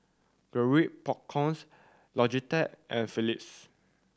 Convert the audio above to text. Garrett Popcorn Logitech and Phillips